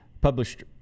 published